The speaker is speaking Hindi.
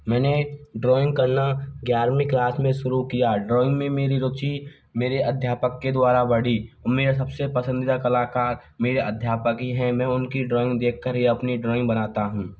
मैंने ड्राइंग करना ग्यारवीं क्लास में शुरू किया ड्राइंग में मेरी रुचि मेरे अध्यापक के द्वारा बढ़ी मेरा सबसे पसंदीदा कलाकार मेरे अध्यापक ही हैं मैं उनकी ड्राइंग देखकर ही अपनी ड्राइंग बनाता हूँ